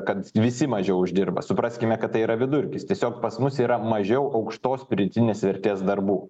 kad visi mažiau uždirba supraskime kad tai yra vidurkis tiesiog pas mus yra mažiau aukštos pridėtinės vertės darbų